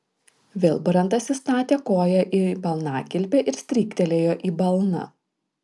vilbrantas įstatė koją į balnakilpę ir stryktelėjo į balną